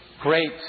great